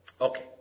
Okay